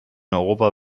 europa